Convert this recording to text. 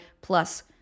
plus